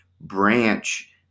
branch